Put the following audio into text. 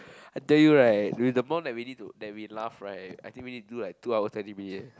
I tell you right with the amount that we need to that we laugh right I think we need to do two hours twenty minutes leh